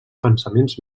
pensaments